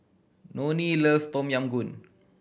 Nonie loves Tom Yam Goong